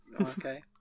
Okay